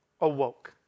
awoke